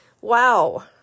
Wow